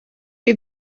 chi